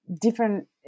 different